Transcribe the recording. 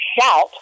shout